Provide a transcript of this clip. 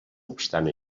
obstant